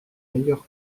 meilleur